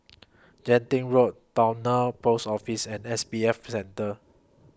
Genting Road Towner Post Office and S B F For Center